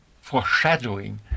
foreshadowing